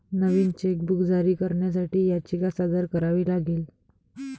नवीन chequebook जारी करण्यासाठी याचिका सादर करावी लागेल